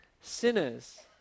sinners